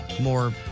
more